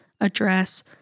address